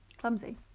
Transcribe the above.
clumsy